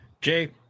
Jay